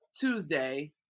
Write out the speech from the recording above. Tuesday